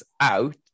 out